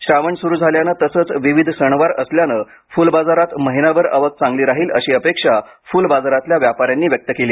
श्रावण सुरू झाल्याने तसेच विविध सणवार असल्याने फुलबाजारात महिनाभर आवक चांगली राहील अशी अपेक्षा फुल बाजारातल्या व्यापाऱ्यांनी व्यक्त केली